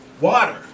water